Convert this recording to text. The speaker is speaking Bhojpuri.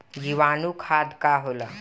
जीवाणु खाद का होला?